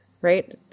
right